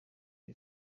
ibi